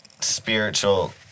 spiritual